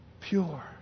Pure